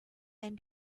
and